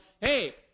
Hey